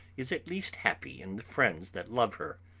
is at least happy in the friends that love her.